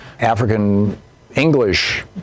African-English